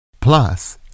plus